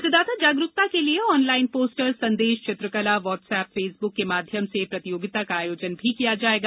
मतदान जागरूकता के लिए ऑनलाइन पोस्टर संदेश चित्रकला व्हाट्सएप फेसबुक के माध्यम से प्रतियोगिता का आयोजन किया जाएगा